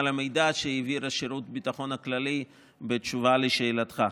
על המידע שהעביר שירות הביטחון הכללי בתשובה לשאלתך.